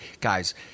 guys